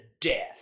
death